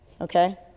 Okay